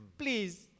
please